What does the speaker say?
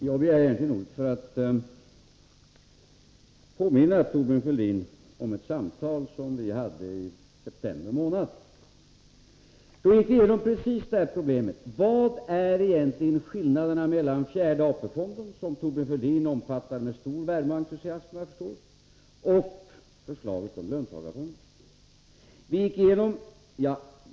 Herr talman! Jag har begärt ordet för att påminna Thorbjörn Fälldin om ett samtal som vi förde i september månad. Då gick vi igenom problemet om vad skillnaden är mellan fjärde AP-fonden — som Thorbjörn Fälldin såvitt jag förstår omfattar med stor värme och entusiasm — och förslaget om löntagarfonder.